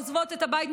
עוזבות את הבית,